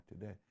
today